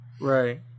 Right